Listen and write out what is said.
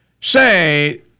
say